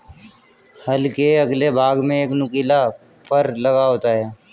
हल के अगले भाग में एक नुकीला फर लगा होता है